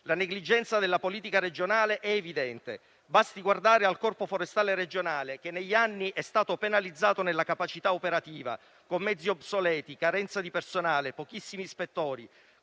La negligenza della politica regionale è evidente: basti guardare al Corpo forestale regionale, che negli anni è stato penalizzato nella capacità operativa, con mezzi obsoleti, carenza di personale, pochissimi ispettori,